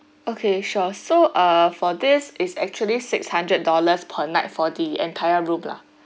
okay sure so uh for this is actually six hundred dollars per night for the entire group lah